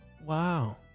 Wow